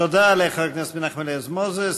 לחבר הכנסת מנחם אליעזר מוזס.